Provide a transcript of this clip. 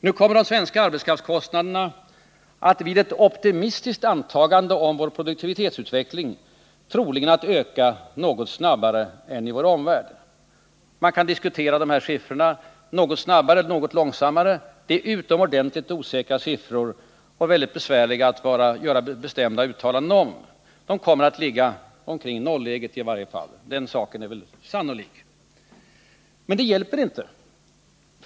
De svenska arbetskraftskostnaderna ökar nu vid ett optimistiskt antagande om vår produktivitetsutveckling troligen något snabbare än i vår omvärld. Man kan diskutera dessa siffror och säga något snabbare eller något långsammare, men det är fråga om utomordentligt osäkra siffror, och det är besvärligt att göra bestämda uttalanden. De kommer i alla fall att ligga omkring nolläget, den saken är klar. Men det hjälper inte.